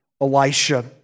Elisha